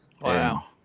Wow